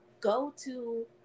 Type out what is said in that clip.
go-to